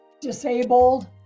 disabled